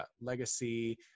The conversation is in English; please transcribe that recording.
Legacy